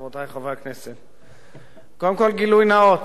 קודם כול גילוי נאות: אני ישבתי כמעט שבע שנים